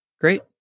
Great